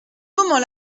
moment